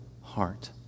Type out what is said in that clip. heart